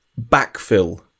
backfill